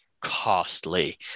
costly